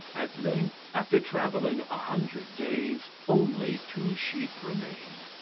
at length, after travelling a hundred days, only two sheep remained.